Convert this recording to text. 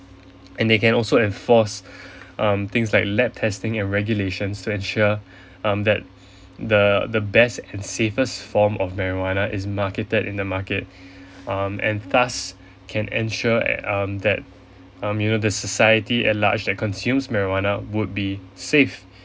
and they can also enforce um things like lab testing and regulations to ensure um that the the best and safest form of marijuana is marketed in the market um and thus can ensure an~ um that um you know the society at large that consumes marijuana would be safe